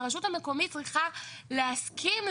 והרשות המקומית צריכה להסכים,